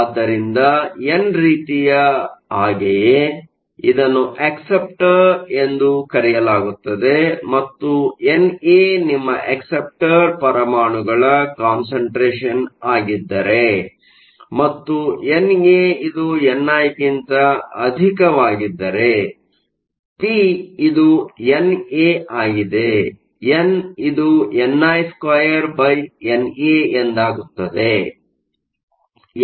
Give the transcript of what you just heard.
ಆದ್ದರಿಂದ ಎನ್ ರೀತಿಯ ಹಾಗೆಯೇ ಇದನ್ನು ಅಕ್ಸೆಪ್ಟರ್ ಎಂದು ಕರೆಯಲಾಗುತ್ತದೆ ಮತ್ತು ಎನ್ಎ ನಿಮ್ಮ ಅಕ್ಸೆಪ್ಟರ್ ಪರಮಾಣುಗಳ ಕಾನ್ಸಂಟ್ರೇಷನ್ ಆಗಿದ್ದರೆ ಮತ್ತು ಎನ್ ಎ ಇದು ಎನ್ಐಗಿಂತ ಅಧಿಕವಾಗಿದ್ದರೆಪಿ ಇದು ಎನ್ಎ ಆಗಿದೆ ಎನ್ ಇದು ni2NA ಎಂದಾಗುತ್ತದೆ